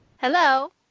Hello